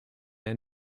san